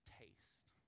taste